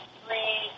three